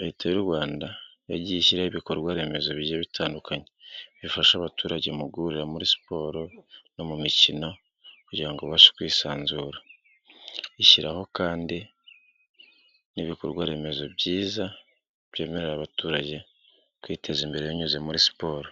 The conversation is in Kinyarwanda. Leta y'u Rwanda yagiye ishyiraho ibikorwaremezo bigiyebitandukanye bifasha abaturage mu guhurira muri siporo no mu mikino kugira ngo ibashe kwisanzura. Ishyiraho kandi n'ibikorwaremezo byiza byemerera abaturage kwiteza imbere binyuze muri siporo.